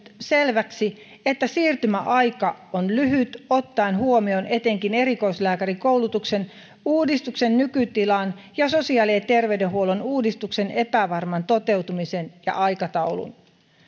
selväksi että siirtymäaika on lyhyt ottaen huomioon etenkin erikoislääkärikoulutuksen uudistuksen nykytilan ja sosiaali ja terveydenhuollon uudistuksen epävarman toteutumisen ja aikataulun